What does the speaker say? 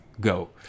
go